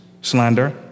slander